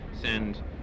send